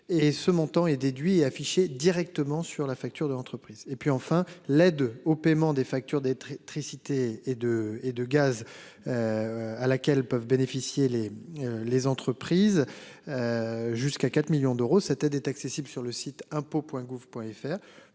ce montant est déduit afficher directement sur la facture de l'entreprise et puis enfin, l'aide au paiement des factures des très très cité et de et de gaz. À laquelle peuvent bénéficier les les entreprises. Jusqu'à 4 millions d'euros, c'était d'être accessible sur le site impôts Point